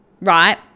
right